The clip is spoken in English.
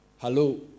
hello